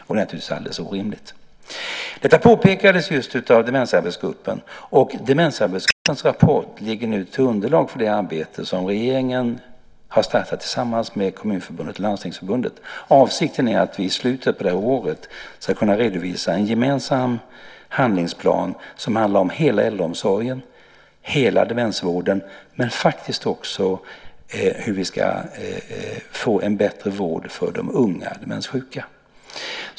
Det är naturligtvis alldeles orimligt. Detta påpekades just av demensarbetsgruppen. Gruppens rapport ligger nu till underlag för det arbete som regeringen har startat tillsammans med Kommunförbundet och Landstingsförbundet. Avsikten är att vi i slutet på året ska kunna redovisa en gemensam handlingsplan som handlar om hela äldreomsorgen och hela demensvården men också om hur vi ska få en bättre vård för de unga demenssjuka.